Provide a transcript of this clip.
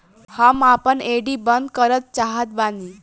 हम आपन एफ.डी बंद करना चाहत बानी